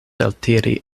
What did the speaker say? eltiri